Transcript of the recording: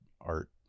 art